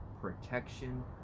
protection